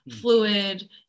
fluid